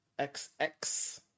XX